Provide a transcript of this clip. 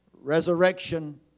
resurrection